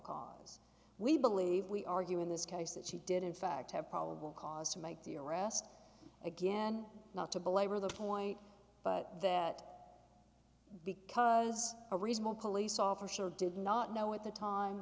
cause we believe we argue in this case that she did in fact have probable cause to make the arrest again not to belabor the point but that because a reasonable police officer did not know at the time